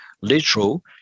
literal